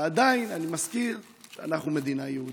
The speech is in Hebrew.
ועדיין אני מזכיר שאנחנו מדינה יהודית,